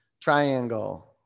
triangle